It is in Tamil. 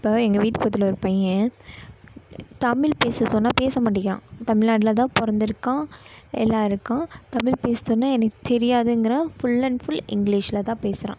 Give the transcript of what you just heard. இப்போ எங்கள் வீட்டு பக்கத்தில் ஒரு பையன் தமிழ் பேச சொன்னால் பேச மாட்டேங்கிறான் தமிழ்நாட்டில்தான் பிறந்துருக்கான் எல்லாம் இருக்கான் தமிழ் பேச சொன்னால் எனக்கு தெரியாதுங்கிறான் ஃபுல் அண்ட் ஃபுல் இங்கிலீஷ்சில் தான் பேசுகிறான்